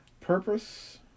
purpose